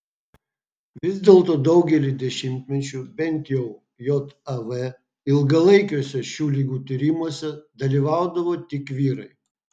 vis dėlto daugelį dešimtmečių bent jau jav ilgalaikiuose šių ligų tyrimuose dalyvaudavo tik vyrai